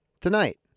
tonight